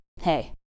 hey